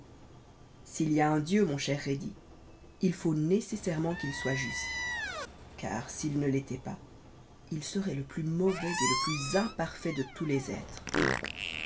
il y a un dieu mon cher rhédi il faut nécessairement qu'il soit juste car s'il ne l'étoit pas il seroit le plus mauvais et le plus imparfait de tous les êtres